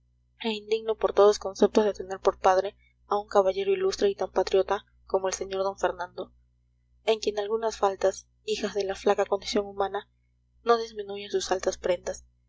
indigno por todos conceptos de tener por padre a un caballero ilustre y tan patriota como el sr d fernando en quien algunas faltas hijas de la flaca condición humana no disminuyen sus altas prendas